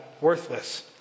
worthless